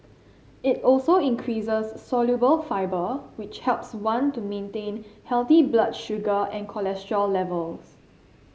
it also increases soluble fibre which helps one to maintain healthy blood sugar and cholesterol levels